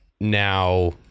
now